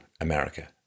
America